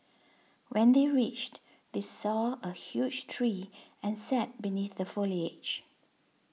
when they reached they saw a huge tree and sat beneath the foliage